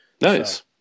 Nice